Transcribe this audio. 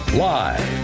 live